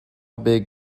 big